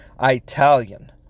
Italian